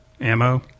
ammo